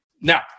Now